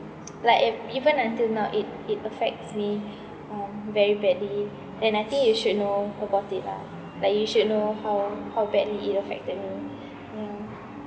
like ev~ even until now it it affects me um very badly and I think you should know about it lah like you should know how how badly it affected me yeah